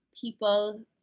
people